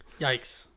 yikes